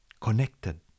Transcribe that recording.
connected